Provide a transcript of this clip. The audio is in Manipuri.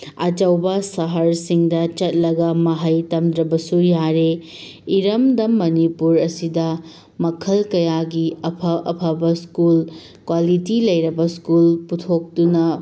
ꯑꯆꯧꯕ ꯁꯍꯥ꯭ꯔꯁꯤꯡꯗ ꯆꯠꯂꯒ ꯃꯍꯩ ꯇꯝꯗ꯭ꯔꯕꯁꯨ ꯌꯥꯔꯦ ꯏꯔꯝꯗꯝ ꯃꯅꯤꯄꯨꯔ ꯑꯁꯤꯗ ꯃꯈꯜ ꯀꯌꯥꯒꯤ ꯑꯐ ꯑꯐꯕ ꯁ꯭ꯀꯨꯜ ꯀ꯭ꯋꯥꯂꯤꯇꯤ ꯂꯩꯔꯕ ꯁ꯭ꯀꯨꯜ ꯄꯨꯊꯣꯛꯇꯨꯅ